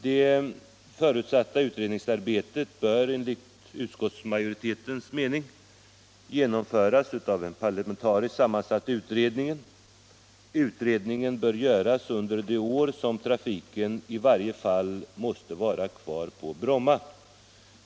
Det förutsatta utredningsarbetet bör enligt utskottsmajoritetens mening genomföras av en parlamentariskt sammansatt utredning under det år då trafiken i varje fall måste vara kvar på Bromma.